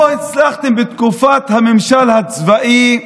לא הצלחתם בתקופת הממשל הצבאי,